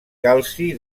calci